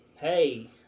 Hey